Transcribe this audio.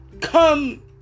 Come